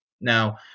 Now